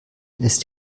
ist